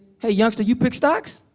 hey youngster, you pick stocks?